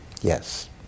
Yes